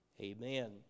amen